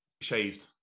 shaved